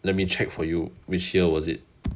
let me check for you which year was it